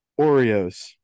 Oreos